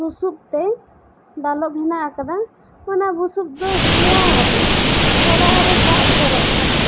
ᱵᱩᱥᱩᱵ ᱛᱮ ᱫᱟᱞᱚᱵᱽ ᱦᱮᱱᱟᱜ ᱟᱠᱟᱫᱟ ᱚᱱᱟ ᱵᱩᱥᱩᱵ ᱫᱚ ᱥᱮᱭᱟᱣ ᱟᱠᱟᱱᱟ ᱚᱲᱟᱜ ᱨᱮ ᱫᱟᱜ ᱡᱚᱨᱚᱜ ᱠᱟᱱᱟ